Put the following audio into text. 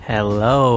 Hello